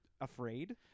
afraid